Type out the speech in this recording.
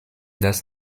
das